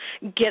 get